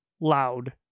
loud